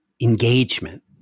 engagement